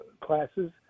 classes